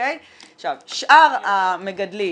שאר המגדלים,